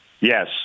Yes